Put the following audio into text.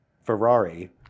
Ferrari